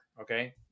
okay